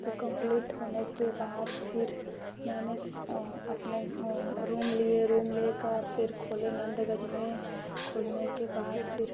तो कंप्लीट होने के बाद फिर मैंने अपने रूम लिए रूम लेकर फिर खोले नंदगज में खोलने के बाद फिर